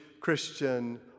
Christian